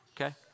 Okay